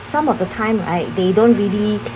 some of the time I they don't really